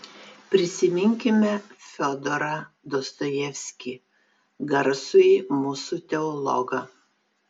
prisiminkime fiodorą dostojevskį garsųjį mūsų teologą